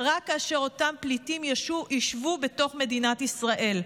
רק כאשר אותם פליטים ישבו בתוך מדינת ישראל.